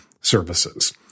services